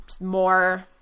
more